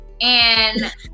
and-